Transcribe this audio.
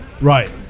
Right